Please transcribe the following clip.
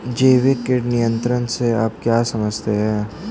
जैविक कीट नियंत्रण से आप क्या समझते हैं?